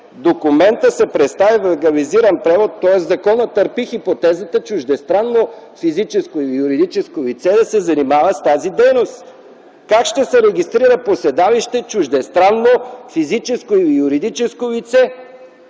документът се представя в легализиран превод.” Тоест законът търпи хипотезата чуждестранно физическо или юридическо лице да се занимава с тази дейност. Как ще се регистрира по седалище чуждестранно физическо или юридическо лице?